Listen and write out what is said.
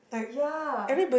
ya